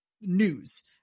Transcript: news